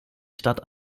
stadt